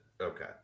Okay